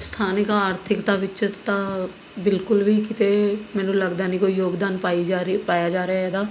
ਸਥਾਨਕ ਆਰਥਿਕਤਾ ਵਿੱਚ ਤਾਂ ਬਿਲਕੁਲ ਵੀ ਕਿਤੇ ਮੈਨੂੰ ਲੱਗਦਾ ਨਹੀਂ ਕੋਈ ਯੋਗਦਾਨ ਪਾਈ ਜਾ ਰਹੀ ਪਾਇਆ ਜਾ ਰਿਹਾ ਇਹਦਾ